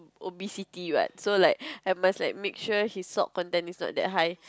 obesity what so like I must like make sure his salt content is not that high